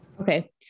Okay